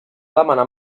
demanar